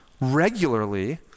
regularly